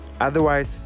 otherwise